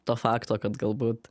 to fakto kad galbūt